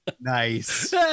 Nice